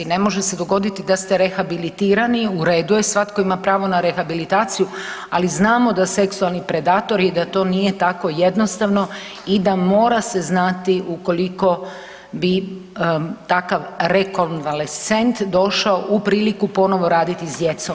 Ne može se dogoditi da ste rehabilitirani, u redu je, svatko ima pravo na rehabilitaciju ali znamo da seksualni predatori i da to nije tako jednostavno i da mora se znati ukoliko bi takav rekonvalescent došao u priliku ponovno raditi s djecom.